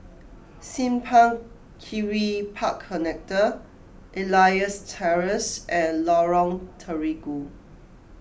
Simpang Kiri Park Connector Elias Terrace and Lorong Terigu